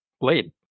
blade